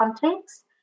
context